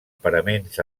paraments